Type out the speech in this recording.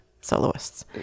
soloists